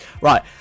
Right